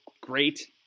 great